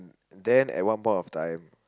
then at one point of time